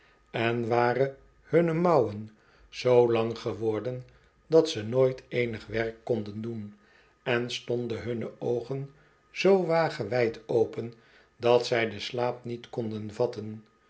on waren hunne mouwen zoo lang geworden dat ze nooit eenig werk konden doen en stonden hunne oogen zoo wagewijd open dat zij den slaap niet konden vatten